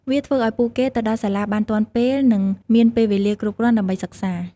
វាធ្វើឱ្យពួកគេទៅដល់សាលាបានទាន់ពេលនិងមានពេលវេលាគ្រប់គ្រាន់ដើម្បីសិក្សា។